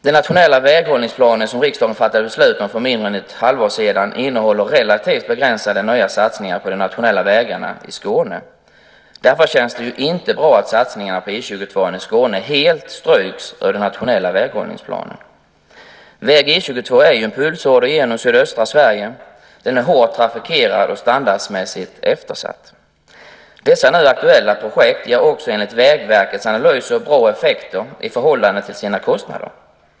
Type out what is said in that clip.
Den nationella väghållningsplan som riksdagen fattade beslut om för mindre än ett halvår sedan innehåller relativt begränsade nya satsningar på de nationella vägarna i Skåne. Därför känns det inte bra att satsningarna på E 22:an i Skåne helt stryks ur den nationella väghållningsplanen. Väg E 22 är ju en pulsåder genom sydöstra Sverige. Den är hårt trafikerad och standardmässigt eftersatt. Dessa nu aktuella projekt ger också enligt Vägverkets analyser bra effekter i förhållande till sina kostnader.